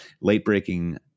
late-breaking